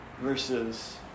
versus